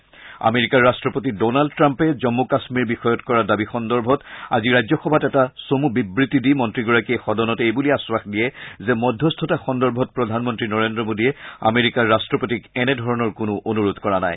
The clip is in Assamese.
ৰাজ্যসভাত আজি আমেৰিকাৰ ৰাট্টপতি ডনাল্ড ট্ৰাম্পে জম্মু কাম্মীৰ বিষয়ত কৰা দাবী সন্দৰ্ভত আজি ৰাজ্যসভাত এটা চমু বিবৃতি দি মন্ত্ৰীগৰাকীয়ে সদনত এইবুলি আশ্বাস দিয়ে যে মধ্যস্থতা সন্দৰ্ভত প্ৰধানমন্ত্ৰী নৰেন্দ্ৰ মোডীয়ে আমেৰিকাৰ ৰাট্টপতিক এনেধৰণৰ কোনো অনুৰোধ কৰা নাই